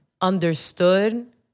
understood